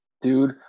dude